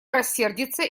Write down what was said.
рассердится